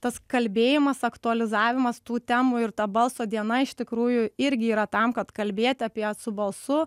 tas kalbėjimas aktualizavimas tų temų ir ta balso diena iš tikrųjų irgi yra tam kad kalbėti apie su balsu